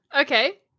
Okay